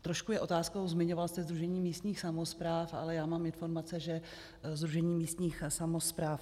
Trošku je otázkou zmiňoval jste Sdružení místních samospráv, ale já mám informace, že Sdružení místních samospráv nezapojujete.